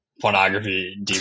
Pornography